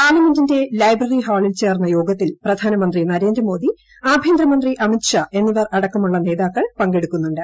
പാർലമെന്റിന്റെ ലൈബ്രറി ഹാളിൽ ചേർന്ന യോഗത്തിൽ പ്രധാനമന്ത്രി നരേന്ദ്ര മോദി ആഭ്യന്തര മന്ത്രി അമിത്ഷാ എന്നിവർ അടക്കമുള്ള നേതാക്കൾ പങ്കെടുക്കുന്നുണ്ട്